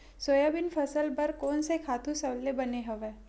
Soybean फसल बर कोन से खातु सबले बने हवय?